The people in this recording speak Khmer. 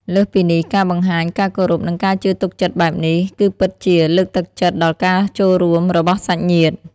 លើសពីនេះ ការបង្ហាញការគោរព និងការជឿទុកចិត្តបែបនេះ គឺពិតជា លើកទឹកចិត្តដល់ការចូលរួម របស់សាច់ញាតិ។